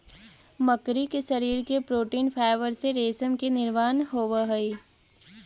मकड़ी के शरीर के प्रोटीन फाइवर से रेशम के निर्माण होवऽ हई